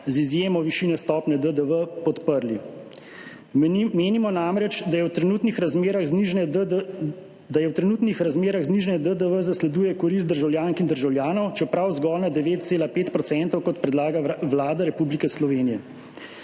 z izjemo višine stopnje DDV, podprli. Menimo namreč, da v trenutnih razmerah znižanje DDV zasleduje korist državljank in državljanov, čeprav zgolj na 9,5 %, kot predlaga Vlada Republike Slovenije.